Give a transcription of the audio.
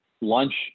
lunch